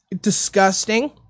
Disgusting